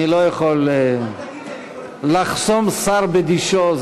אני לא יכול לחסום שר בדישו.